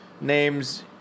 names